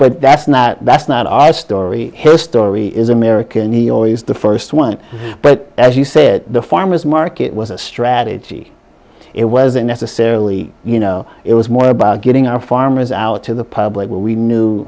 but that's not that's not our story his story is a miracle neo is the first one but as you said the farmer's market was a strategy it wasn't necessarily you know it was more about getting our farmers out to the public where we knew